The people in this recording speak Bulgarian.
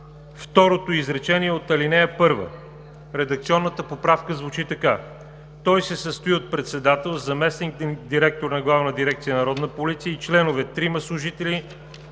второто изречение от ал. 1. Редакционната поправка звучи така: „Той се състои от председател – заместник-директор на ГДНП и членове – трима служители